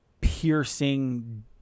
piercing